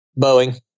Boeing